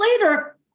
later